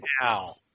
now